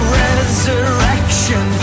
resurrection